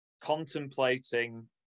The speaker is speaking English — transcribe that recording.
contemplating